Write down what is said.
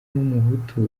n’umuhutu